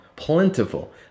plentiful